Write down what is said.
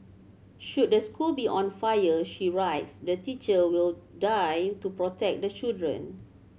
should the school be on fire she writes the teacher will die to protect the children